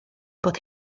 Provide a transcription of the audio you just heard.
bod